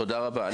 תודה רבה,